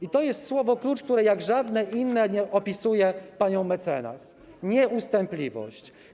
I to jest słowo klucz, które jak żadne inne opisuje panią mecenas: „nieustępliwość”